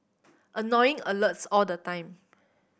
annoying alerts all the time